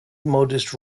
modest